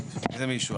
מי זה מישהו?